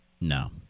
no